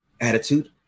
attitude